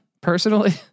personally